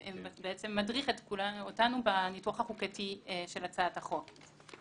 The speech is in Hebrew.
מה שמדריך אותנו בניתוח החוקתי של הצעת החוק.